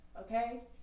Okay